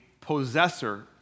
possessor